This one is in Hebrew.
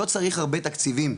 לא צריך הרבה תקציבים,